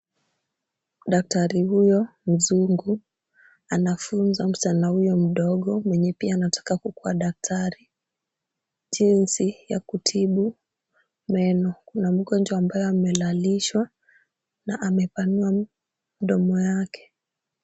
Daktari huyo mzungu anafunza msichana huyo mdogo mwenye pia anataka kukuwa daktari, jinsi ya kutibu meno. Kuna mgonjwa ambaye amelalishwa na amepanua mdomo yake.